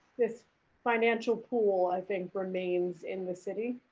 this financial pool, i think remains in the city?